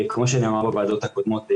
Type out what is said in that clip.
כמו שנאמר בוועדות הקודמות,